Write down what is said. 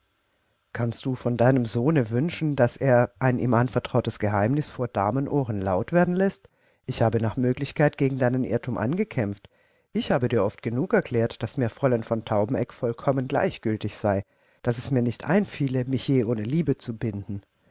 kannst du von deinem sohne wünschen daß er ein ihm anvertrautes geheimnis vor damenohren laut werden läßt ich habe nach möglichkeit gegen deinen irrtum angekämpft ich habe dir oft genug erklärt daß mir fräulein von taubeneck vollkommen gleichgültig sei daß es mir nicht einfiele mich je ohne liebe zu binden